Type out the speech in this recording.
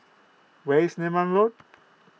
where is Neram Road